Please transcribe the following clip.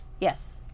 yes